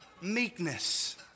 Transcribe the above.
meekness